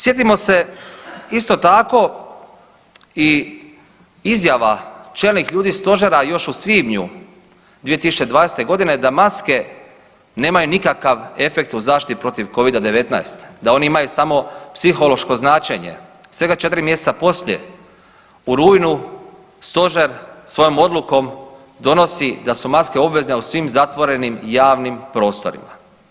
Sjetimo se, isto tako i izjava čelnih ljudi Stožera još u svibnju 2020. g. da maske nemaju nikakav efekt u zaštiti protiv Covida-19, da oni imaju samo psihološko značenje, svega 4 mjeseca poslije u rujnu, Stožer svojom odlukom donosi da su maske obveze u svim zatvorenim i javnim prostorima.